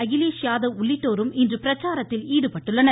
அகிலேஷ்யாதவ் உள்ளிட்டோரும் இன்று பிரச்சாரத்தில் ஈடுபட்டுள்ளனர்